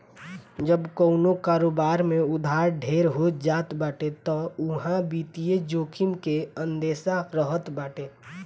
जब कवनो कारोबार में उधार ढेर हो जात बाटे तअ उहा वित्तीय जोखिम के अंदेसा रहत बाटे